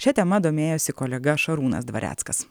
šia tema domėjosi kolega šarūnas dvareckas